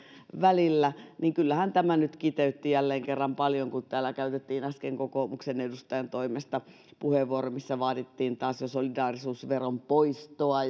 välillä niin kyllähän tämä nyt kiteytti jälleen kerran paljon kun täällä käytettiin äsken kokoomuksen edustajan toimesta puheenvuoro missä vaadittiin taas solidaarisuusveron poistoa